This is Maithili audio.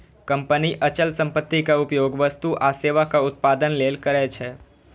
कंपनी अचल संपत्तिक उपयोग वस्तु आ सेवाक उत्पादन लेल करै छै